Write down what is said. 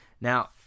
Now